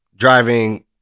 Driving